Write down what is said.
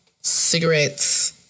cigarettes